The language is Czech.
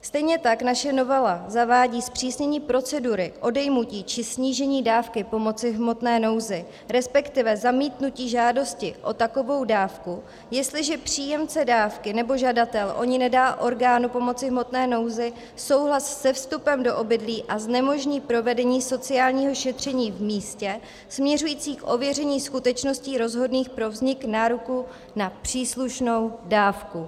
Stejně tak naše novela zavádí zpřísnění procedury odejmutí či snížení dávky pomoci v hmotné nouzi, resp. zamítnutí žádosti o takovou dávku, jestliže příjemce dávky nebo žadatel o ni nedá orgánu pomoci v hmotné nouzi souhlas se vstupem do obydlí a znemožní provedení sociálního šetření v místě směřujícího k ověření skutečností rozhodných pro vznik nároku na příslušnou dávku.